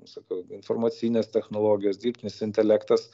sakau informacinės technologijos dirbtinis intelektas